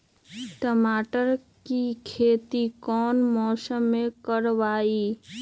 टमाटर की खेती कौन मौसम में करवाई?